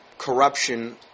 Corruption